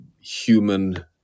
human